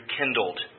rekindled